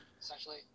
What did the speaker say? essentially